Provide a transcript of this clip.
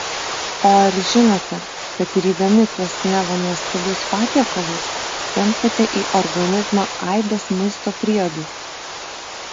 o ar žinote kad rydami tuos neva nuostabius patiekalus kemšate į organizmą aibes maisto priedų